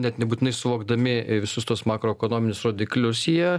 net nebūtinai suvokdami visus tuos makroekonominius rodiklius jie